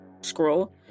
scroll